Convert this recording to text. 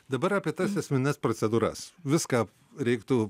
dabar apie tas esmines procedūras viską reiktų